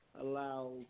allow